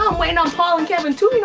um waiting on paul and kevin too, you know,